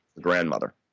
grandmother